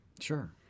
Sure